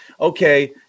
okay